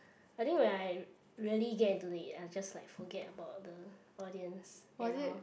I think when I really get into it I just like forget about the audience and all